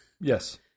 Yes